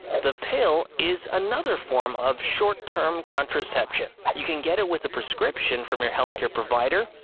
the pill is another form of short term contraception. you can get it with a prescription from your healthcare provider,